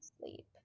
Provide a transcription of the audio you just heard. sleep